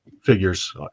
figures